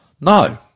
No